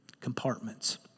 compartments